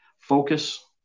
focus